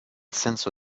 senso